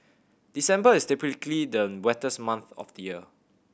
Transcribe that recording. December is typically the wettest month of the year